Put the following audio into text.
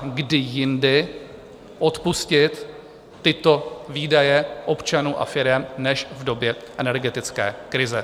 Kdy jindy odpustit tyto výdaje občanů a firem než v době energetické krize?